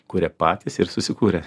kurią patys ir susikūrė